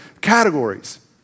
categories